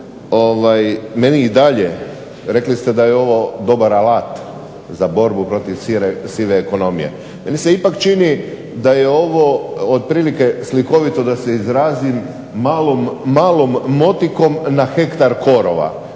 meni i dalje, rekli ste da je ovo dobar alat za borbu protiv sive ekonomije, meni se ipak čini da je ovo slikovito da se izrazim malom motikom na hektar korova.